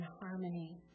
harmony